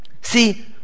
See